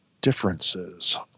differences